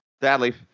Sadly